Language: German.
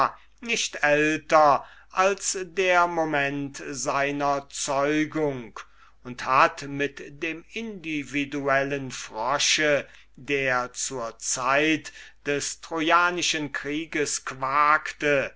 nicht älter als der moment seiner zeugung und hat mit dem individuellen frosche der zur zeit des trojanischen krieges quakte